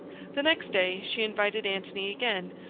the next day she invited antony again,